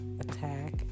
attack